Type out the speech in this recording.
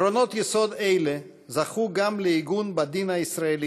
עקרונות יסוד אלה זכו גם לעיגון בדין הישראלי,